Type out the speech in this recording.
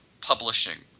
publishing